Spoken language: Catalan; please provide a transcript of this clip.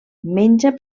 menja